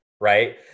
Right